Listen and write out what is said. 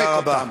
תודה רבה.